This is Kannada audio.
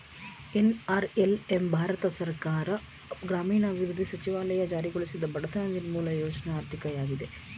ಎನ್.ಆರ್.ಹೆಲ್.ಎಂ ಭಾರತ ಸರ್ಕಾರ ಗ್ರಾಮೀಣಾಭಿವೃದ್ಧಿ ಸಚಿವಾಲಯ ಜಾರಿಗೊಳಿಸಿದ ಬಡತನ ನಿರ್ಮೂಲ ಯೋಜ್ನ ಆರ್ಥಿಕತೆಯಾಗಿದೆ